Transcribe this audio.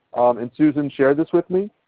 and susan shared this with me.